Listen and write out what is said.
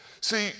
See